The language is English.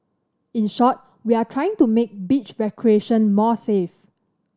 in short we are trying to make beach recreation more safe